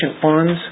funds